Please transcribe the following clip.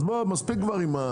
מספיק כבר.